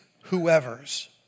whoever's